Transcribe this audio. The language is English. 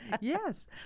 yes